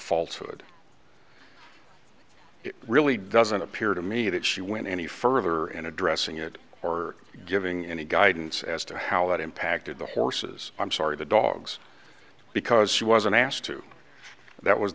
false would it really doesn't appear to me that she went any further in addressing it or giving any guidance as to how that impacted the horses i'm sorry the dogs because she wasn't asked to that was